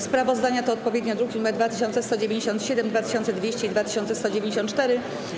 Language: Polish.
Sprawozdania to odpowiednio druki nr 2197, 2200 i 2194.